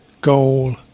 goal